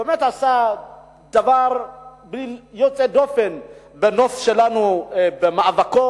הוא באמת עשה דבר יוצא דופן בנוף שלנו במאבקו.